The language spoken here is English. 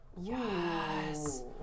Yes